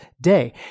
day